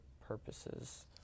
purposes